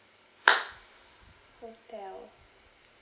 hotel